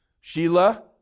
Sheila